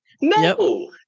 no